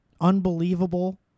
Unbelievable